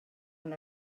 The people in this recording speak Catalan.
una